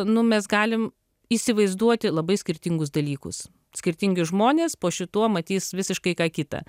nu mes galim įsivaizduoti labai skirtingus dalykus skirtingi žmonės po šituo matys visiškai ką kitą